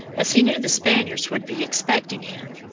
as he knew the spaniards would be expecting him.